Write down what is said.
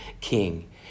king